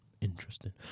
Interesting